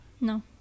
No